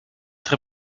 très